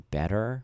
better